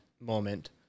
moment